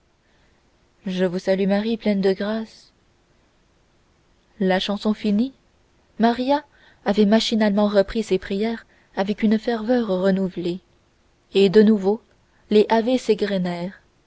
je vous salue marie pleine de grâce la chanson finie maria avait machinalement repris ses prières avec une ferveur renouvelée et de nouveau les ave